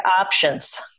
options